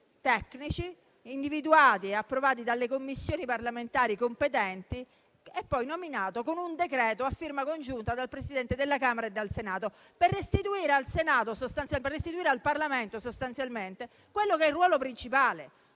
tecnici individuati e approvati dalle Commissioni parlamentari competenti e poi nominato con un decreto a firma congiunta dai Presidenti di Camera e Senato, per restituire al Parlamento il ruolo principale.